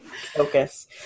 focus